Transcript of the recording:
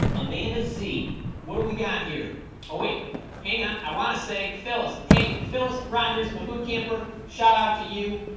amanda zee what do we got here oh wait hang on i want to say phyllis hey phyllis rogers my boot camper shout-out to you